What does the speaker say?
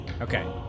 okay